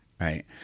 right